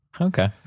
okay